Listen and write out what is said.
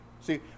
See